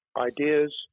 Ideas